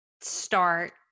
start